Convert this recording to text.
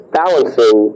balancing